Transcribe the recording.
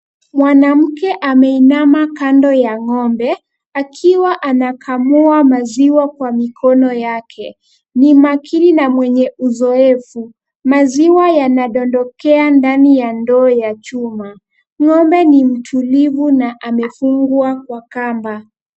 Mwanamke ameinama kando ya ng'ombe akiwa anakamua maziwa kwa mikono yake. Ni makini na mwenye uzoefu. Maziwa yanadondokea ndani ya ndoo ya chuma. Ng'ombe ni mtulivu na amefungwa kwa kamba.